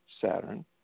Saturn